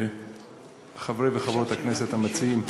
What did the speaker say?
חברי וחברות הכנסת המציעים,